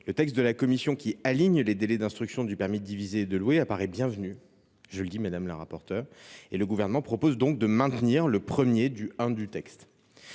Le texte de la commission, qui aligne les délais d’instruction du permis de diviser et du permis de louer, apparaît bienvenu, madame la rapporteure, et le Gouvernement propose donc de maintenir le I. 1° de cet